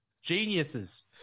geniuses